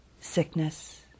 sickness